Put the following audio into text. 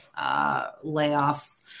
layoffs